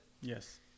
Yes